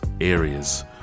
areas